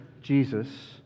Jesus